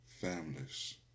families